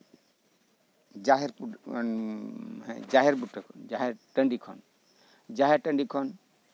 ᱡᱟᱦᱮᱨ ᱵᱩᱴᱟᱹ ᱡᱟᱦᱮᱨ ᱴᱟᱺᱰᱤ ᱡᱟᱦᱮᱨ ᱴᱟᱺᱰᱤ ᱠᱷᱚᱱ